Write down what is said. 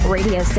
Radio